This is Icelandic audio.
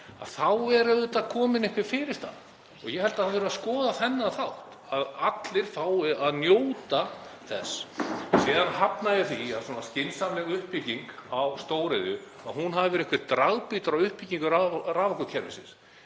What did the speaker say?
þá er auðvitað komin einhver fyrirstaða. Ég held að það þurfi að skoða þennan þátt, að allir fái að njóta þessa. Síðan hafna ég því að svona skynsamleg uppbygging stóriðju hafi verið einhver dragbítur á uppbyggingu raforkukerfisins.